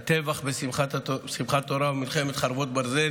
הטבח בשמחת תורה, ומלחמת חרבות ברזל